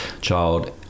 child